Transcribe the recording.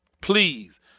Please